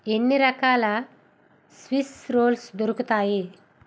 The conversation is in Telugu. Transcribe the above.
ఎన్ని రకాల స్విస్ రోల్స్ దొరుకుతాయి